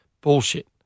bullshit